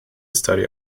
study